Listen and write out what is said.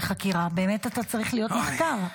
באמת אתה צריך להיות נחקר.